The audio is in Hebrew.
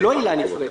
זו לא עילה נפרדת.